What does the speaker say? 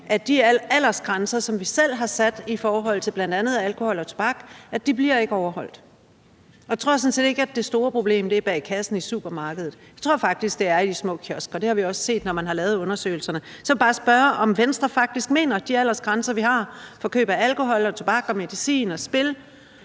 at de aldersgrænser, som vi selv har sat i forhold til bl.a. alkohol og tobak, ikke bliver overholdt. Og jeg tror sådan set ikke, at det store problem er bag kassen i supermarkedet; jeg tror faktisk, det er i de små kiosker. Det har vi også set, når man har lavet undersøgelserne. Så vil jeg bare spørge, om Venstre faktisk mener, at de aldersgrænser, vi har, for køb af alkohol og tobak og medicin og spil,